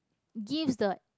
gives the